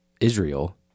Israel